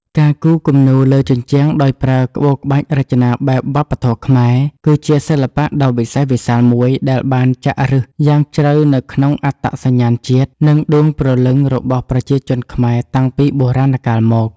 ការគូរគំនូរលើជញ្ជាំងដោយប្រើក្បូរក្បាច់រចនាបែបវប្បធម៌ខ្មែរ គឺជាសិល្បៈដ៏វិសេសវិសាលមួយដែលបានចាក់ឫសយ៉ាងជ្រៅនៅក្នុងអត្តសញ្ញាណជាតិ និងដួងព្រលឹងរបស់ប្រជាជនខ្មែរតាំងពីបុរាណកាលមក។